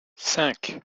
cinq